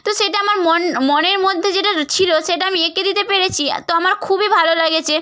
তো সেটা আমার মনের মধ্যে যেটা ছিল সেটা আমি এঁকে দিতে পেরেছি তো আমার খুবই ভালো লেগেছে